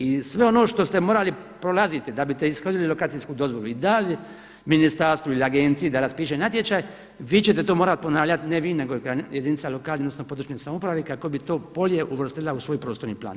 I sve ono što ste morali prolaziti da biste ishodili lokacijsku dozvolu i dali ministarstvu ili agenciji da raspiše natječaj vi ćete to morati ponavljati, ne vi nego jedinica lokalne odnosno područne samouprave kako bi to bolje uvrstila u svoj prostorni plan.